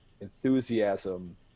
enthusiasm